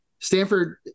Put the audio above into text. stanford